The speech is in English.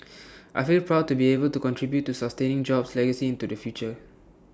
I feel proud to be able to contribute to sustaining jobs' legacy into the future